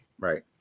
Right